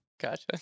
Gotcha